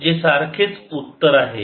जे सारखेच उत्तर आहे